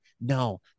No